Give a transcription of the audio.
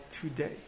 today